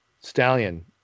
Stallion